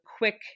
quick